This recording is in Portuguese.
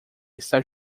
está